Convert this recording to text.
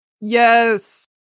Yes